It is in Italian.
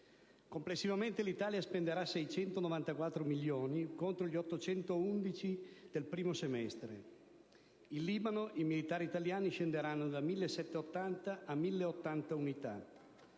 Complessivamente, l'Italia spenderà 694 milioni di euro, contro gli 811 milioni di euro del primo semestre. In Libano i militari italiani scenderanno da 1.780 a 1.080 unità.